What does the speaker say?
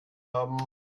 haben